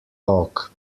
talk